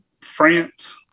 France